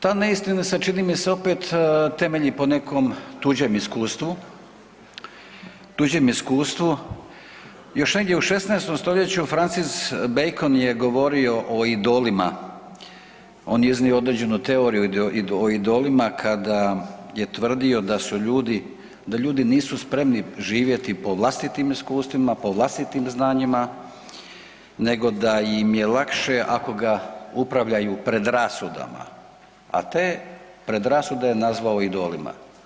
Ta neistina se čini mi se opet temelji po nekom tuđem iskustvu, još negdje u 16. stoljeću Francis Bacon je govorio o idolima, on je iznio određenu teoriju o idolima kada je tvrdio da ljudi nisu spremni živjeti po vlastitim iskustvima, po vlastitim znanjima nego da im je lakše ako ga upravljaju predrasudama, a te predrasude je nazvao idolima.